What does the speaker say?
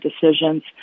decisions